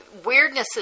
weirdnesses